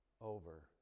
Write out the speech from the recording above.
over